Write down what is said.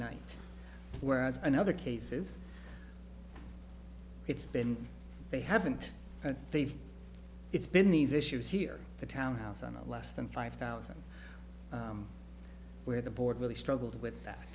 night whereas in other cases it's been they haven't they've it's been these issues here the townhouse on a less than five thousand where the board really struggled with